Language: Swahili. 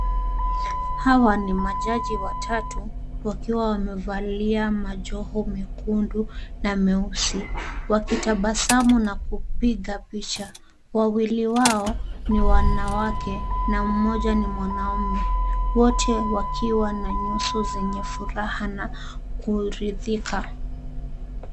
Hawa ni majaji watatu wakiwa wamevalia majoho mekundu na meusi, wakitabasamu na kupiga picha. Wawili wao ni wanawake na mmoja ni mwanaume. Wote wakiwa na nyuso zenye furaha na kuridhika.